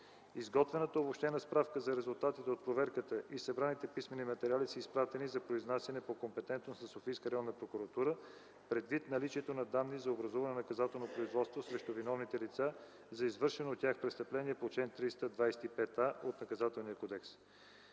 Изготвената обобщена справка за резултатите от проверката и събраните писмени материали са изпратени за произнасяне по компетентност на Софийска районна прокуратура, предвид наличието на данни за образуване на наказателно производство срещу виновните лица за извършено от тях престъпление по чл. 325а от